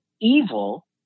evil